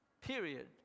period